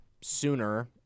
sooner